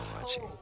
watching